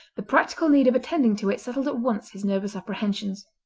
the practical need of attending to it settled at once his nervous apprehensions.